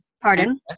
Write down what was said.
pardon